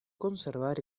conservar